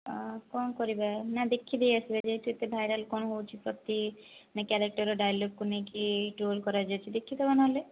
ଅଁ କ'ଣ କରିବା ନା ଦେଖିଦେଇଆସିବା ଯେହେତୁ ଏତେ ଭାଇରାଲ କ'ଣ ହେଉଛି ପ୍ରତି କ୍ୟାରେକ୍ଟର ଡାଇଲଗ୍କୁ ନେଇକି ଟ୍ରୋଲ କରାଯାଉଛି ଦେଖିଦେବା ନହେଲେ